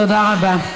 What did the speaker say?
תודה רבה.